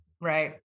right